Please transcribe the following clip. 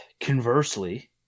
conversely